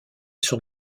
sur